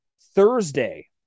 thursday